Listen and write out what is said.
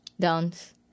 Dance